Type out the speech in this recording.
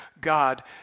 God